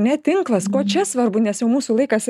ne tinklas kuo čia svarbu nes jau mūsų laikas